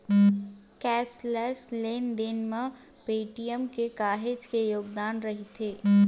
cashless लेन देन म पेटीएम के काहेच के योगदान रईथ